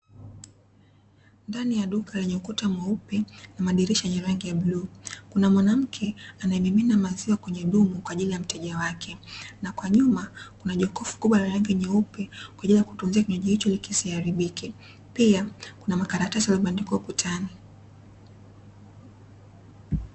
Ndani ya duka lenye ukuta mweupe na madirisha yenye rangi ya bluu, kuna mwanamke anayemimina maziwa kwenye dumu kwa ajili ya mteja wake, na kwa nyuma kuna jokofu kubwa la rangi nyeupe, kwa ajili ya kutunzia kinywaji hicho ili kisiharibike, pia kuna makaratasi yaliyobandikwa ukutani.